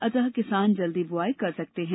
अतः किसान जल्दी बुवाई कर सकते हैं